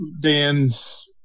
Dan's